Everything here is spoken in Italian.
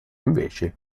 invece